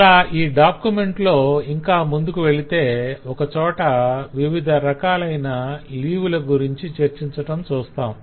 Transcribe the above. ఇలా ఈ డాక్యుమెంట్ లో ఇంకా ముందుకు వెళితే ఒక చోట వివిధ రకాలైన లీవ్ ల గురించి చర్చించటం చూస్తాము